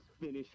finish